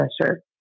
pressure